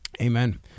Amen